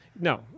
No